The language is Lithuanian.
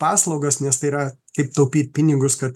paslaugas nes tai yra kaip taupyt pinigus kad